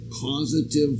causative